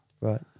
Right